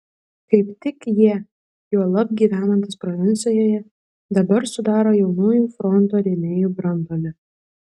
kaip tik jie juolab gyvenantys provincijoje dabar sudaro jaunųjų fronto rėmėjų branduolį